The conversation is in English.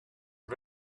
are